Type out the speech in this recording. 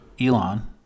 Elon